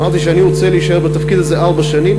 אמרתי שאני רוצה להישאר בתפקיד הזה ארבע שנים